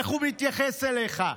איך הוא מתייחס אליך.